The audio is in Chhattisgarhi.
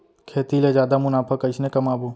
खेती ले जादा मुनाफा कइसने कमाबो?